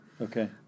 Okay